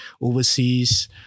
overseas